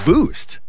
Boost